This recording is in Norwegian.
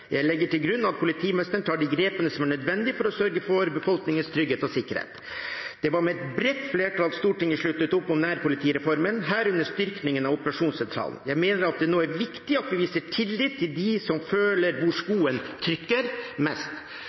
Jeg legger til grunn at politimesteren tar de grepene som er nødvendig for å sørge for befolkningens trygghet og sikkerhet. Det var med et bredt flertall Stortinget sluttet opp om nærpolitireformen, herunder styrkingen av operasjonssentralene. Jeg mener at det nå er viktig at vi viser tillit til dem som føler hvor skoen trykker mest